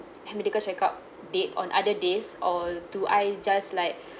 uh medical check-up date on other days or do I just like